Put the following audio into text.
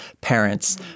parents